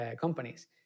companies